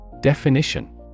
Definition